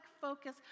focus